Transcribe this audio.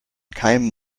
keimen